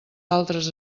altres